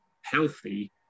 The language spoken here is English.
healthy